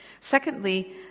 secondly